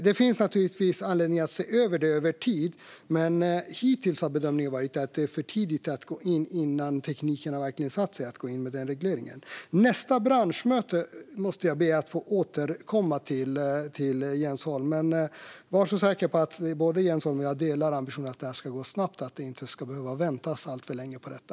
Det finns naturligtvis anledning att se över detta över tid, men hittills har bedömningen varit att det är för tidigt att gå in med den regleringen innan tekniken verkligen har satt sig. Nästa branschmöte måste jag få be att återkomma om till Jens Holm. Men var så säker på att både Jens Holm och jag delar ambitionen att det här ska gå snabbt och att vi inte ska behöva vänta alltför länge på detta.